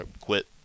quit